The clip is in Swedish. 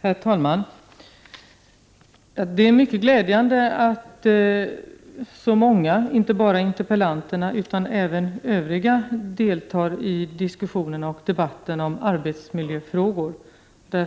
Herr talman! Det är mycket glädjande att så många — inte bara interpellanterna utan även andra — deltar i debatten om arbetsmiljöfrågor. Det